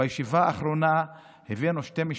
בישיבה האחרונה הבאנו שתי משפחות,